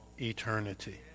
eternity